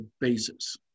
basis